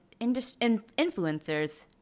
influencers